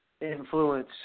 influence